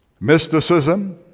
Mysticism